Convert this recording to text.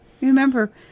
Remember